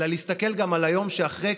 ולהסתכל גם על היום שאחרי,